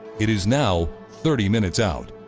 it is now thirty minutes out.